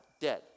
dead